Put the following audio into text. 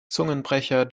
zungenbrecher